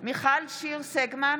מיכל שיר סגמן,